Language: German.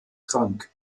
krank